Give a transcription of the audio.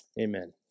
Amen